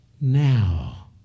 now